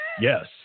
yes